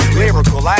lyrical